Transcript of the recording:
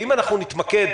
אם אנחנו נתמקד,